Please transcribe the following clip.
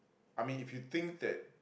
I mean if you think that